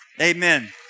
Amen